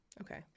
Okay